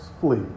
flee